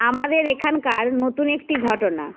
আমাদের এখানকার নতুন একটি ঘটনা